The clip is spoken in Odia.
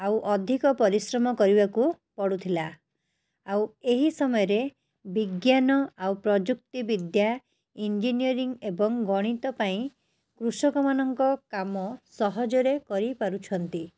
ଆଉ ଅଧିକ ପରିଶ୍ରମ କରିବାକୁ ପଡ଼ୁଥିଲା ଆଉ ଏହି ସମୟରେ ବିଜ୍ଞାନ ଆଉ ପ୍ରଯୁକ୍ତିବିଦ୍ୟା ଇଞ୍ଜିନିୟରିଙ୍ଗ ଏବଂ ଗଣିତପାଇଁ କୃଷକମାନଙ୍କ କାମ ସହଜରେ କରିପାରୁଛନ୍ତି